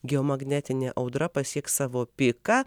geomagnetinė audra pasieks savo piką